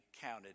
counted